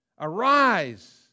Arise